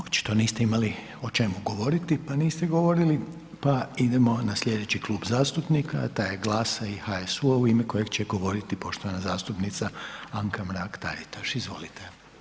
Očito niste imali o čemu govoriti pa niste govorili pa idemo na slijedeći Klub zastupnika a taj je GLAS-a i HSU-a u ime kojeg će govoriti poštovana zastupnica Anka Mrak Taritaš, izvolite.